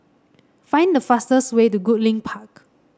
find the fastest way to Goodlink Park